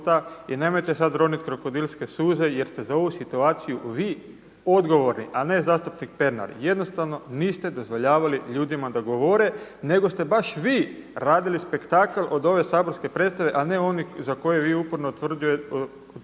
I nemojte sad ronit krokodilske suze, jer ste za ovu situaciju vi odgovorni, a ne zastupnik Pernar. Jednostavno niste dozvoljavali ljudima da govore, nego ste baš vi radili spektakl od ove saborske predstave, a ne oni za koje vi uporno tvrdite